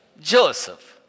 Joseph